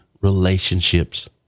relationships